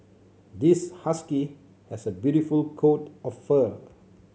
this husky has a beautiful coat of fur